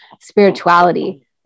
spirituality